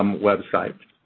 um website.